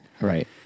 right